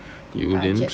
budget